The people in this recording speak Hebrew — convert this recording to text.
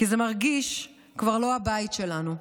כי זה מרגיש כבר לא הבית שלנו.